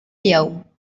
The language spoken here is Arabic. يوم